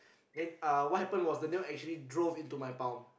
then uh what happened was the nail actually drove into my palm